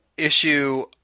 issue